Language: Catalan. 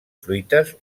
fruites